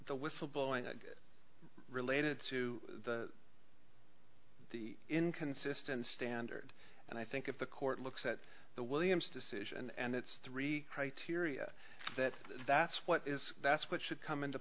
the whistle blowing related to the inconsistent standard and i think if the court looks at the williams decision and its three criteria that that's what is that's what should come into